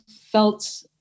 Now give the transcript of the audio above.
felt